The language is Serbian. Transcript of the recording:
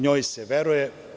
Njoj se veruje.